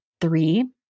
three